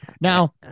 Now